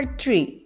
three